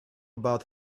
about